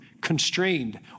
constrained